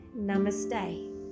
namaste